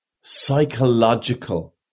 psychological